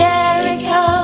Jericho